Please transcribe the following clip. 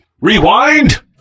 Rewind